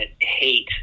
hate